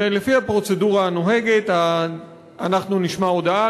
ולפי הפרוצדורה הנוהגת אנחנו נשמע הודעה,